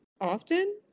often